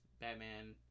Batman